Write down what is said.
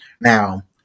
Now